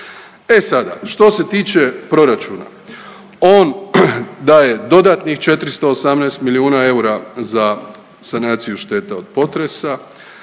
E sada što se tiče proračuna on daje dodatnih 418 milijuna eura za sanaciju šteta od potresa,